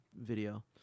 video